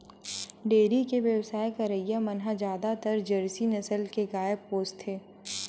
dairy के बेवसाय करइया मन ह जादातर जरसी नसल के गाय पोसथे